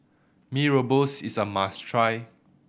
Mee Rebus is a must try